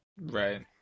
Right